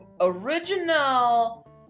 original